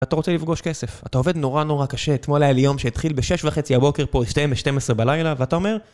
אתה רוצה לפגוש כסף, אתה עובד נורא נורא קשה, אתמול היה לי יום שהתחיל בשש וחצי הבוקר פה, הסתיים ושתים עשרה בלילה, ואתה אומר